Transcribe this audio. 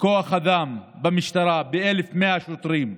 כוח האדם במשטרה ב-1,100 שוטרים.